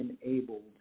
enabled